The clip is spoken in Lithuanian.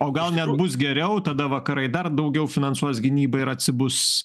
o gal nervus geriau tada vakarai dar daugiau finansuos gynybą ir atsibus